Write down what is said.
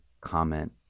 comment